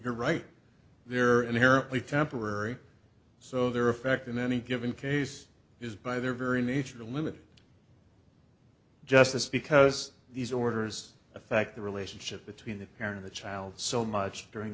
you're right they're inherently temporary so their effect in any given case is by their very nature limited justice because these orders affect the relationship between the pair and the child so much during